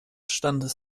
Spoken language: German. stand